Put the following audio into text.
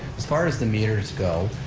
as far as the meters go,